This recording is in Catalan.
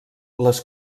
les